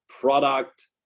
product